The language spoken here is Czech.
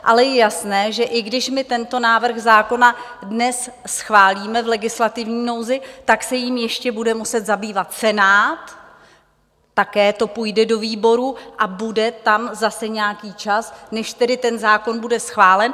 Ale je jasné, že i když my tento návrh zákona dnes schválíme v legislativní nouzi, tak se jím ještě bude muset zabývat Senát, také to půjde do výborů a bude tam zase nějaký čas, než tedy ten zákon bude schválen.